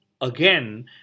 again